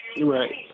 Right